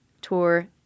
Tour